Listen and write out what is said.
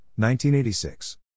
1986